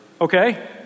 okay